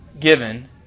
given